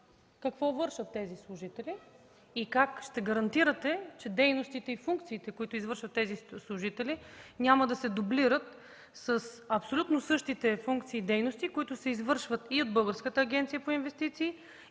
какво вършат тези служители? Как ще гарантирате, че дейностите и функциите, които извършват тези служители, няма да се дублират с абсолютно същите функции и дейности, които се извършват и от Българската агенция за инвестиции,